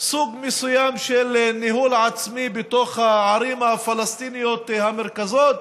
סוג מסוים של ניהול עצמי בתוך הערים הפלסטיניות המרכזיות,